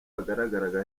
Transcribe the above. yagaragaraga